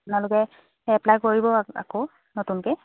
আপোনালোকে এপ্লাই কৰিব আকৌ নতুনকৈ